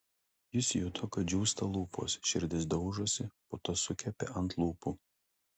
jis juto kad džiūsta lūpos širdis daužosi putos sukepė ant lūpų